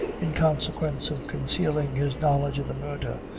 in consequence of concealing his knowledge of the murder,